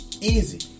easy